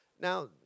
Now